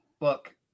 Look